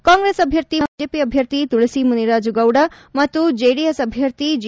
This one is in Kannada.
ಕಾಂಗೆಸ್ ಅಭ್ಯರ್ಥಿ ಮುನಿರತ್ನ ಬಿಜೆಪಿ ಅಭ್ಯರ್ಥಿ ತುಳಸಿ ಮುನಿರಾಜುಗೌಡ ಮತ್ತು ಜೆಡಿಎಸ್ ಅಭ್ಯರ್ಥಿ ಜಿ